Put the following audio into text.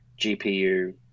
GPU